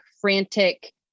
frantic